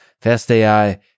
Fast.ai